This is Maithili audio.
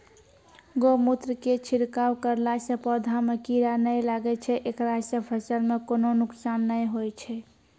गोमुत्र के छिड़काव करला से पौधा मे कीड़ा नैय लागै छै ऐकरा से फसल मे कोनो नुकसान नैय होय छै?